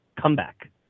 comeback